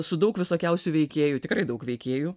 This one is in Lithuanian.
su daug visokiausių veikėjų tikrai daug veikėjų